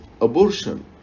abortion